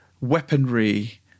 weaponry